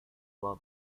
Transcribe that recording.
semua